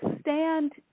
stand